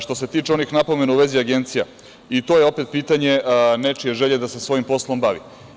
Što se tiče onih napomena u vezi agencija, to je opet pitanje nečije želje da se svojim poslom bavi.